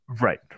Right